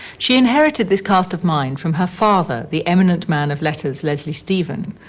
she inherited this cast of mind from her father, the eminent man of letters, leslie stephen.